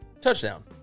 touchdown